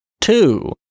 Two